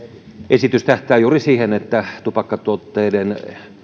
esitys tähtää juuri siihen että tupakkatuotteiden